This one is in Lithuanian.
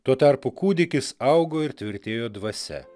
tuo tarpu kūdikis augo ir tvirtėjo dvasia